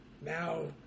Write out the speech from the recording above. now